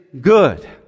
good